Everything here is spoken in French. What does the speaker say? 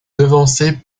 devancée